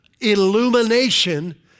illumination